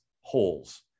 holes